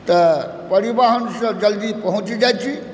तऽ परिवहनसँ जल्दी पहुँच जाइ छी